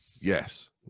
Yes